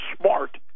smart